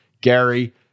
Gary